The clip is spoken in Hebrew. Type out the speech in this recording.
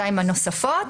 השנתיים הנוספות.